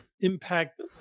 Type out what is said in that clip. impact